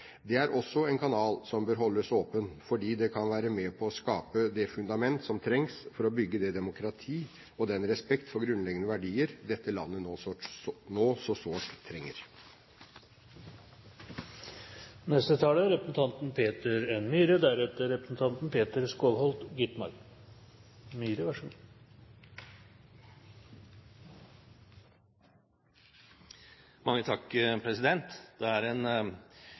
Det er også en kanal som bør holdes åpen, fordi det kan være med å skape det fundament som trengs for å bygge det demokrati og den respekt for grunnleggende verdier dette landet nå så sårt trenger. Det er en